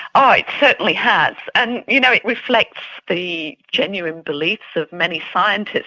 oh, it certainly has. and, you know, it reflects the genuine beliefs of many scientists.